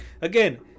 again